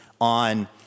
on